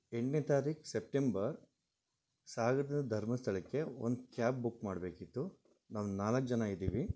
ಎಂಟನೇ ತಾರೀಕು ಸೆಪ್ಟೆಂಬರ್ ಸಾಗರದಿಂದ ಧರ್ಮಸ್ಥಳಕ್ಕೆ ಒಂದು ಕ್ಯಾಬ್ ಬುಕ್ ಮಾಡಬೇಕಿತ್ತು ನಾವು ನಾಲ್ಕು ಜನ ಇದೀವಿ